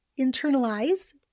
internalize